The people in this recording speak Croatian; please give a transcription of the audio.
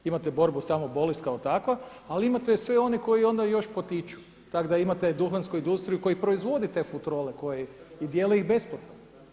Imate borbu samo bolest kao takva, ali imate sve one koji je onda još potiču, tako da imate duhansku industriju koja proizvodi te futrole i dijele ih besplatno.